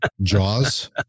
Jaws